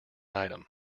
item